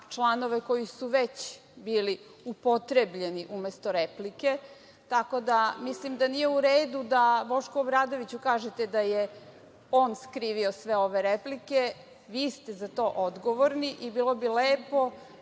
članove koji su već bili upotrebljeni umesto replike. Mislim da nije u redu da Bošku Obradoviću kažete da je on skrivio sve ove replike. Vi ste za to odgovorni i bilo bi lepo